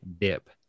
dip